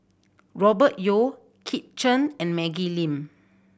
Robert Yeo Kit Chan and Maggie Lim